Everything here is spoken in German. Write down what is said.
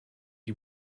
die